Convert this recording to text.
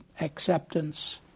acceptance